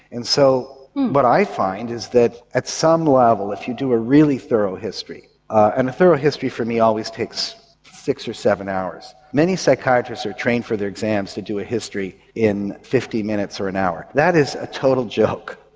and so what but i find is that at some level if you do a really thorough history and a thorough history for me always takes six or seven hours many psychiatrists are trained for their exams to do a history in fifty minutes or an hour. that is a total joke,